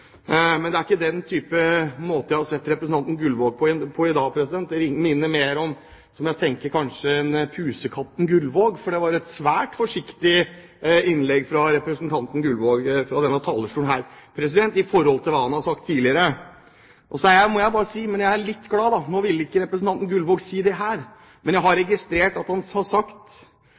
Men det er ikke på den måten jeg har sett representanten Gullvåg i dag. Det minner kanskje mer om – tenker jeg – pusekatten Gullvåg, for det var et svært forsiktig innlegg fra representanten Gullvåg fra denne talerstolen i forhold til hva han har sagt tidligere. Men – må jeg bare si – jeg er litt glad. Nå ville ikke representanten Gullvåg si det her, men jeg har registrert at han har sagt